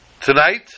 tonight